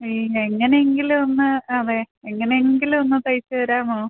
ഈ എങ്ങനെ എങ്കിലും ഒന്ന് അതെ എങ്ങനെ എങ്കിലും ഒന്ന് തയ്ച്ച് തരാമോ